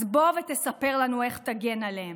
אז בוא ותספר לנו איך תגן עליהם.